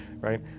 right